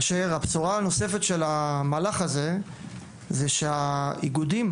כאשר הבשורה הנוספת של המהלך הזה זה שהאיגודים